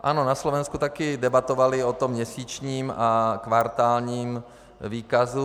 Ano, na Slovensku také debatovali o tom měsíčním a kvartálním výkazu.